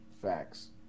Facts